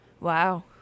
Wow